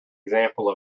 example